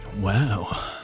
Wow